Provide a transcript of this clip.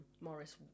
Morris